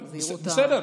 בסדר.